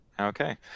Okay